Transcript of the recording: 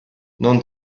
non